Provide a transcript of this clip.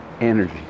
energy